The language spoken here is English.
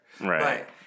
Right